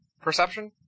perception